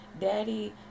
Daddy